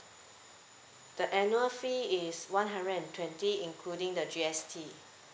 the annual fee is one hundred and twenty including the G_S_T